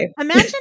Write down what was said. imagine